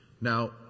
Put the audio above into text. Now